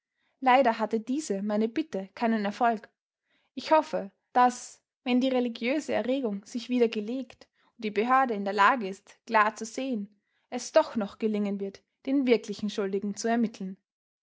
leider hatte diese meine bitte keinen erfolg ich hoffe daß wenn die religiöse erregung sich wieder gelegt und die behörde in der lage ist klar zu sehen es doch noch gelingen wird den wirklich schuldigen zu ermitteln